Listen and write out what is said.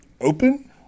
open